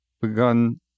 begun